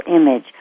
image